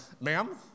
ma'am